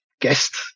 guest